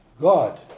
God